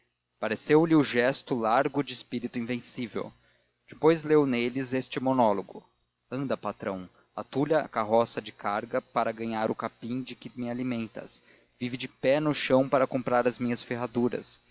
paciência pareceu-lhe o gesto largo de espírito invencível depois leu neles este monólogo anda patrão atulha a carroça de carga para ganhar o capim de que me alimentas vive de pé no chão para comprar as minhas ferraduras